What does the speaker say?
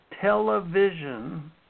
television